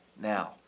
now